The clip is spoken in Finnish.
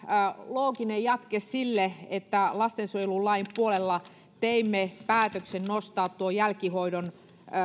looginen jatke sille että lastensuojelulain puolella teimme päätöksen nostaa tuon jälkihuollon